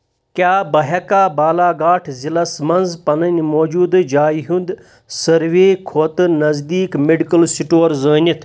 کیٛاہ بہٕ ہیٚکا بالاگھاٹ ضلعس مَنٛز پنٕنۍ موٗجوٗدٕ جایہِ ہُنٛد سٔروے کھوتہٕ نزدیٖک میڈیکل سٹور زٲنِتھ